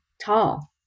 Tall